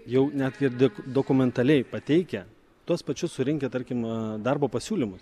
jau net ir dek dokumentaliai pateikę tuos pačius surinkę tarkim darbo pasiūlymus